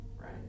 Right